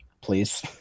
please